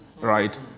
right